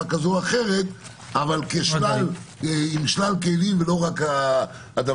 כזו או אחרת אבל עם שלל כלים ולא רק זה,